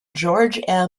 george